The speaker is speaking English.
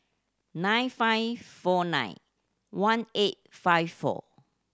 nine five four nine one eight five four